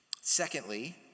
Secondly